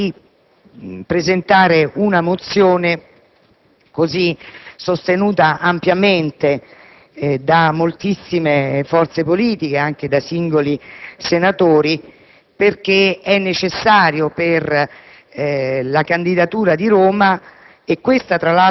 è convinto della necessità di presentare una mozione così ampiamente sostenuta da moltissime forze politiche e anche da singoli senatori